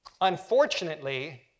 Unfortunately